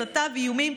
הסתה ואיומים,